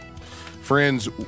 Friends